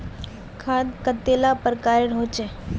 खाद कतेला प्रकारेर होचे?